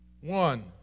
One